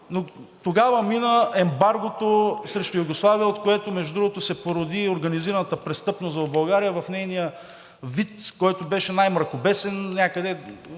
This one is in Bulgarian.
но тогава мина ембаргото срещу Югославия, от което, между другото, се породи и организираната престъпност в България в нейния вид, който беше най-мракобесен някъде